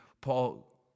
Paul